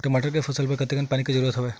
टमाटर के फसल बर कतेकन पानी के जरूरत हवय?